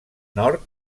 nord